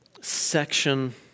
section